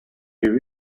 you